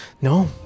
no